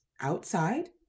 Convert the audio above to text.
outside